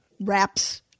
wraps